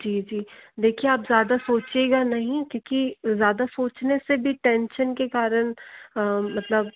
जी जी देखिए आप ज़्यादा सोचिएगा नहीं क्योंकि ज़्यादा सोचने से भी टेंशन के कारण मतलब